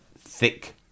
thick